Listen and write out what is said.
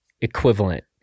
equivalent